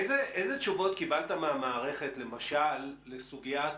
איזה תשובות קיבלת מהמערכת למשל לסוגיית